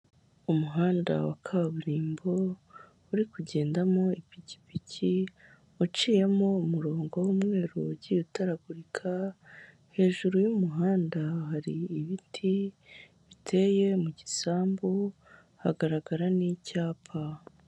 Umuhanda wa kaburimbo uri kugendamo ipikipiki uciyemo umurongo w'umweruru ugiye utaragurika hejuru y'umuhanda hari ibiti biteye mu gisambu hagaragara n'icyapa.